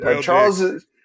Charles